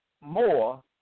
more